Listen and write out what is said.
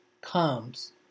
comes